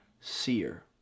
seer